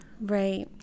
right